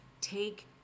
Take